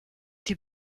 die